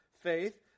faith